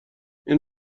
این